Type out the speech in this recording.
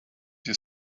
your